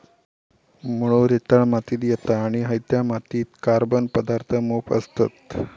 मुळो रेताळ मातीत येता आणि हयत्या मातीत कार्बन पदार्थ मोप असतत